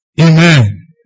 Amen